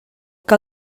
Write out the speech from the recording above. que